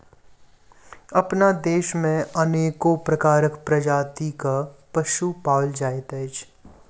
अपना देश मे अनेको प्रकारक प्रजातिक पशु पाओल जाइत अछि